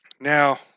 Now